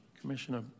Commissioner